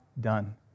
done